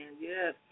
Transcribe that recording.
Yes